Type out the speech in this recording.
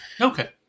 Okay